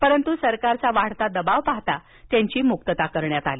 परंतु सरकारचा वाढता दबाव पाहता त्यांची मुकता करण्यात आली